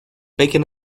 bacon